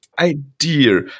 Idea